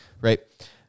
Right